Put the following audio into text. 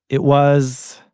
it was,